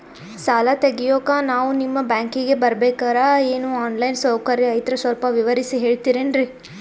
ಸಾಲ ತೆಗಿಯೋಕಾ ನಾವು ನಿಮ್ಮ ಬ್ಯಾಂಕಿಗೆ ಬರಬೇಕ್ರ ಏನು ಆನ್ ಲೈನ್ ಸೌಕರ್ಯ ಐತ್ರ ಸ್ವಲ್ಪ ವಿವರಿಸಿ ಹೇಳ್ತಿರೆನ್ರಿ?